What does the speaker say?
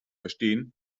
verstehen